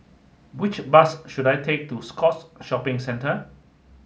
which bus should I take to Scotts Shopping Centre